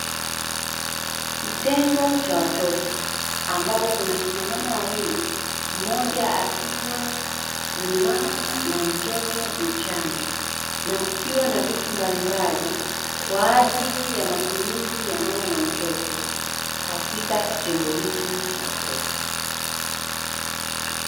Kitengo cha watoto, ambapo kuna kina mama wawili, mmoja akiwa ni mama na mtoto mchanga na kukiwa na vitu mbalimbali kwa ajili ya matumizi ya mama na mtoto, katika kitengo hiki cha watoto.